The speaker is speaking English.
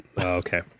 Okay